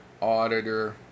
Auditor